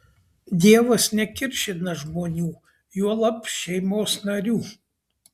dievas nekiršina žmonių juolab šeimos narių